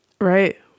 Right